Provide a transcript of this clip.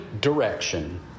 direction